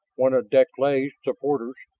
one of deklay's supporters,